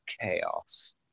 chaos